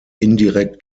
indirekt